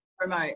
Remote